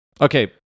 okay